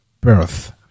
birth